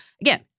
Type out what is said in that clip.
Again